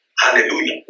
hallelujah